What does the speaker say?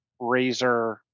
Razer